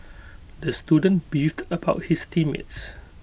the student beefed about his team mates